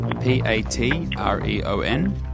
p-a-t-r-e-o-n